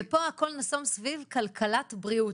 פה הכל נסוב סביב כלכלת בריאות.